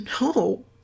no